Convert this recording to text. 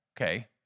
Okay